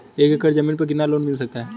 एक एकड़ जमीन पर कितना लोन मिल सकता है?